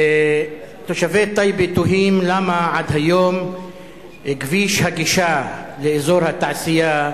תושבי טייבה תוהים למה עד היום כביש הגישה לאזור התעשייה,